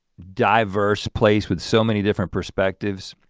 diverse place, with so many different perspectives,